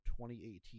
2018